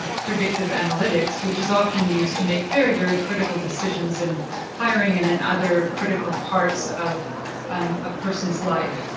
ah predictive analytics, which is often used to make very, very critical decisions in hiring and in other critical parts of a person's life.